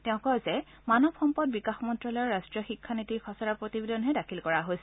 তেওঁ কয় যে মানৱ সম্পদ বিকাশ মন্ত্যালয়ত ৰট্টীয় শিক্ষানীতিৰ খচৰা প্ৰতিবেদনহে দাখিল কৰা হৈছে